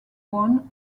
won